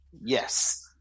yes